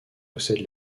possède